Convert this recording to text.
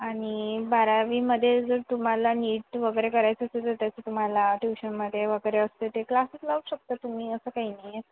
आणि बारावीमध्ये जर तुम्हाला नीट वगैरे करायचं असेल तर त्याचं तुम्हाला ट्युशनमध्ये वगैरे असते ते क्लासेस लावू शकता तुम्ही असं काही नाही आहे